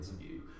interview